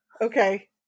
okay